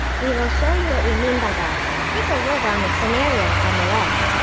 we will show you what we mean by that. take a look on the scenario on the left.